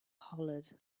hollered